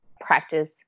practice